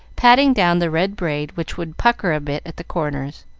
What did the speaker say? patting down the red braid, which would pucker a bit at the corners.